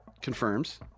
Confirms